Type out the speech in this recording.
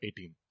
18